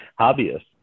hobbyists